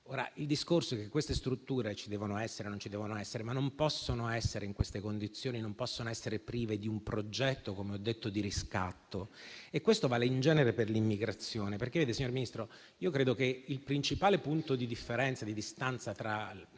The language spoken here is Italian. il discorso è che queste strutture ci devono essere o non ci devono essere, ma non possono essere in quelle condizioni e non possono essere prive di un progetto di riscatto come ho detto. E questo vale in genere per l'immigrazione. Vede, signor Ministro, io credo che il principale punto di differenza e di distanza tra